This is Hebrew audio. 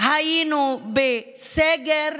היינו בסגר,